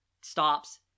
stops